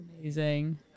amazing